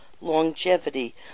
longevity